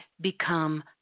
become